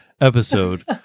episode